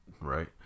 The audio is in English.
Right